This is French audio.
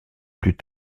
plus